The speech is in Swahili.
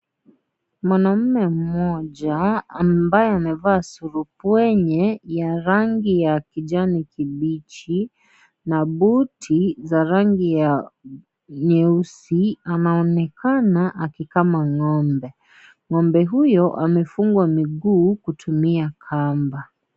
Mwanaume moja ambaye amevaa surupwenye ya rangi ya kijani kibichi na buti za rangi ya nyeusi anaonekana akikama ng'ombe. Ng'ombe huyo amefungwa miguu kutumia kamba.